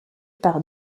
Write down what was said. par